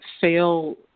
fail